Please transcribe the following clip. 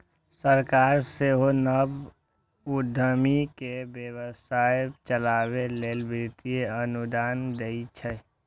सरकार सेहो नव उद्यमी कें व्यवसाय चलाबै लेल वित्तीय अनुदान दै छै